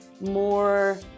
more